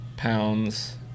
Pounds